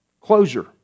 Closure